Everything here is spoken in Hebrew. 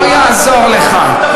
לא יעזור לך.